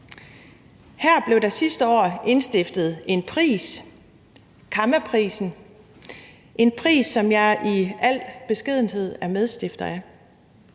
Her blev der sidste år indstiftet en pris, Kammaprisen – en pris, som jeg i al beskedenhed er medstifter af.